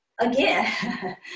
Again